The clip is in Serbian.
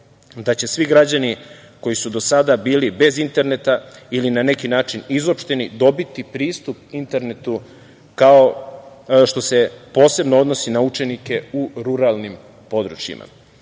da će svi građani koji su do sada bili bez interneta ili na neki način izopšteni, dobiti pristup internetu, što se posebno odnosi na učenike u ruralnim područjima. Plan